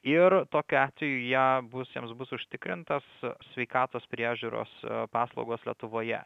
ir tokiu atveju jie bus jiems bus užtikrintas sveikatos priežiūros paslaugos lietuvoje